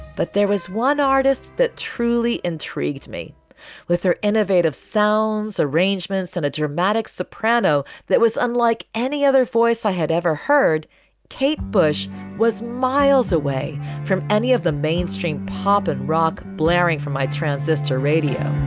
but there was one artist that truly intrigued me with her innovative sounds, arrangements and a dramatic soprano that was unlike any other voice i had ever heard kate bush was miles away from any of the mainstream pop and rock blaring from my transistor radio.